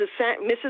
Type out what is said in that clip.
Mrs